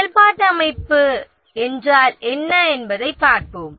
செயல்பாட்டு அமைப்பு என்றால் என்ன என்பதைப் பார்ப்போம்